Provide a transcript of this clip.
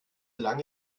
lange